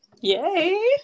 Yay